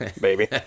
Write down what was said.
Baby